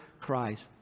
Christ